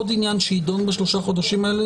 עוד עניין שיידון בשלושה החודשים האלה